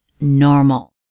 normal